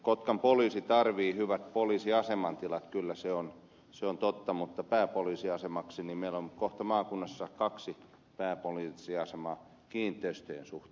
kotkan poliisi kyllä tarvitsee hyvät poliisiaseman tilat se on totta mutta pääpoliisiasemaksi meillä on kohta maakunnassa kaksi pääpoliisiasemaa kiinteistöjen suhteen